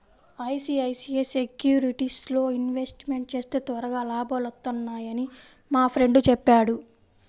ICICI సెక్యూరిటీస్లో investment చేస్తే త్వరగా లాభాలొత్తన్నయ్యని మా ఫ్రెండు చెప్పాడు